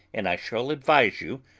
and i shall advise you,